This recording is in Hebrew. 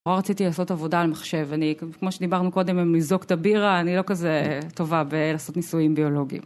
נורא רציתי לעשות עבודה על מחשב, אני, כמו שדיברנו קודם עם למזוק הבירה, אני לא כזה טובה בלעשות ניסויים ביולוגיים.